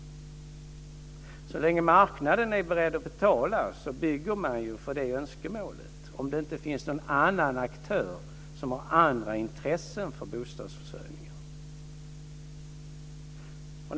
Så länge marknaden är beredd att betala bygger man för det önskemålet om det inte finns någon annan aktör som har andra intressen när det gäller bostadsförsörjningen.